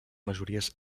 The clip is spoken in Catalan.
majories